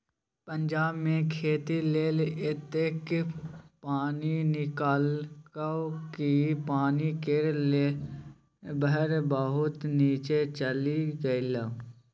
पंजाब मे खेती लेल एतेक पानि निकाललकै कि पानि केर लेभल बहुत नीच्चाँ चलि गेलै